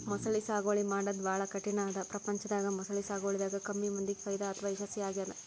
ಮೊಸಳಿ ಸಾಗುವಳಿ ಮಾಡದ್ದ್ ಭಾಳ್ ಕಠಿಣ್ ಅದಾ ಪ್ರಪಂಚದಾಗ ಮೊಸಳಿ ಸಾಗುವಳಿದಾಗ ಕಮ್ಮಿ ಮಂದಿಗ್ ಫೈದಾ ಅಥವಾ ಯಶಸ್ವಿ ಆಗ್ಯದ್